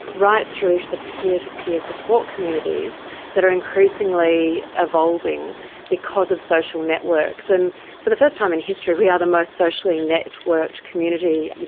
right through to the peer-to-peer support communities that are increasingly evolving because of social networks. and for the first time in history we are the most socially networked community.